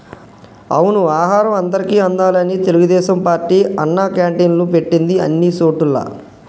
అవును ఆహారం అందరికి అందాలని తెలుగుదేశం పార్టీ అన్నా క్యాంటీన్లు పెట్టింది అన్ని సోటుల్లా